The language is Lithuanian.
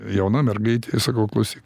jauna mergaitė sakau klausyk